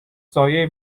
سایه